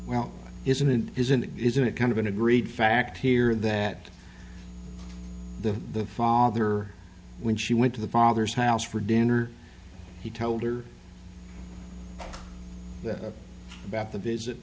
well isn't it isn't it isn't it kind of an agreed fact here that the father when she went to the father's house for dinner he told her that about the visit